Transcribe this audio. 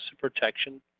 protection